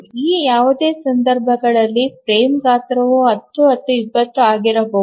ಈ ಯಾವುದೇ ಸಂದರ್ಭಗಳಲ್ಲಿ ಫ್ರೇಮ್ ಗಾತ್ರವು 10 ಅಥವಾ 20 ಆಗಿರಬಹುದು